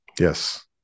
Yes